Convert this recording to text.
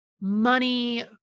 money